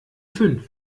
fünf